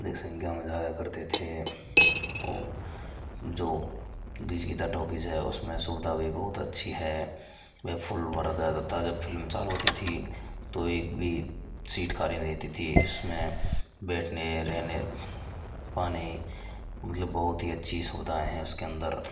अधिक संख्या में जाया करते थे वह जो गीता टाकिज है उसमें सुविधा भी बहुत अच्छी है वह फुल हुआ रहता था जब फिल्म चालू होती थी तो एक भी सीट खाली नहीं रहती थी इसमें बैठने रहने पानी मतलब बहुत ही अच्छी सुविधा है उसके अंदर